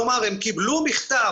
כלומר הם קיבלו מכתב,